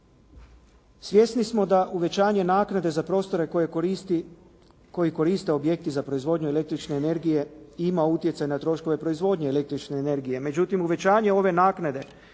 Svjesni smo da uvećanje naknade za prostore koje koristi, koji koriste objekti za proizvodnju električne energije ima utjecaj na troškove proizvodnje električne energije. Međutim uvećanje ove naknade